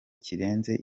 kirenze